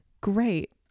great